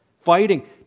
fighting